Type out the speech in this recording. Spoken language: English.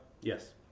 Yes